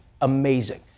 amazing